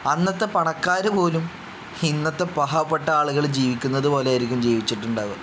അന്നത്തെ പണക്കാർ പോലും ഇന്നത്തെ പാവപ്പെട്ട ആളുകൾ ജീവിക്കുന്നത് പോലെയായിരിക്കും ജീവിച്ചിട്ടുണ്ടാവുക